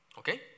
okay